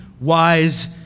wise